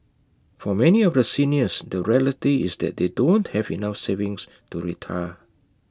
for many of the seniors the reality is that they don't have enough savings to retire